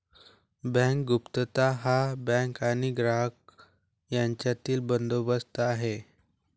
bank गुप्तता हा bank आणि ग्राहक यांच्यातील बंदोबस्त आहे